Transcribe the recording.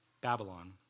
Babylon